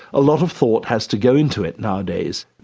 a lot of thought has to go into it nowadays.